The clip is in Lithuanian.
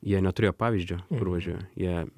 jie neturėjo pavyzdžio kur važiuoja jie